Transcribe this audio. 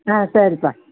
ஆ சரிப்பா